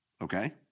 Okay